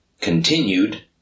continued